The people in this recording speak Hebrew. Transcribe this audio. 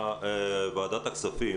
בוועדת הכספים,